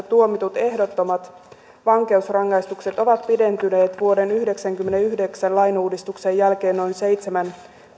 tuomitut ehdottomat vankeusrangaistukset ovat pidentyneet vuoden yhdeksänkymmentäyhdeksän lainuudistuksen jälkeen noin seitsemän